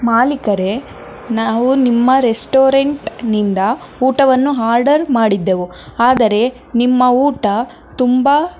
ಮಾಲಿಕರೆ ನಾವು ನಿಮ್ಮ ರೆಸ್ಟೋರೆಂಟ್ನಿಂದ ಊಟವನ್ನು ಆರ್ಡರ್ ಮಾಡಿದ್ದೆವು ಆದರೆ ನಿಮ್ಮ ಊಟ ತುಂಬ